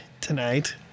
tonight